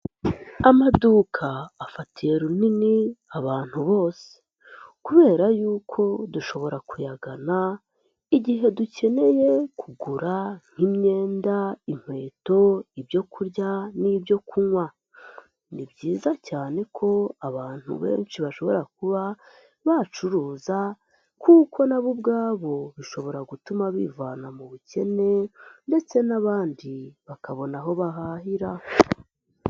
Amaduka afatiye runini abantu bose kubera yuko dushobora kuyagana igihe dukeneye kugura nk'imyenda, inkweto, ibyo kurya n'ibyo kunywa. Ni byiza cyane ko abantu benshi bashobora kuba bacuruza kuko na bo ubwabo bishobora gutuma bivana mu bukene ndetse n'abandi bakabona aho bahahira.